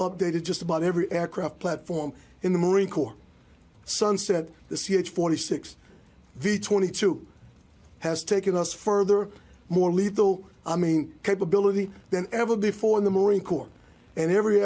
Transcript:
updated just about every aircraft platform in the marine corps sunset the c h forty six v twenty two has taken us further more lethal i mean capability than ever before in the marine corps and every